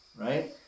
Right